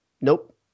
Nope